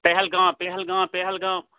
Pahalgam Pahalgam Pahalgam